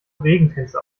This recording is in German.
regentänze